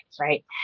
right